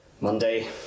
Monday